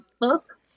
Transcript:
book